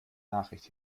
nachricht